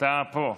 אתה פה,